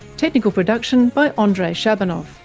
technical production by andrei shabunov,